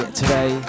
today